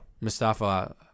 Mustafa